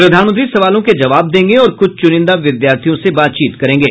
प्रधानमंत्री सवालों के जवाब देंगे और कुछ चुनिंदा विद्यार्थियों से बातचीत करेंगे